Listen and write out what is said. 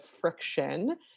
friction